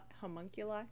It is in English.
homunculi